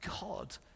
God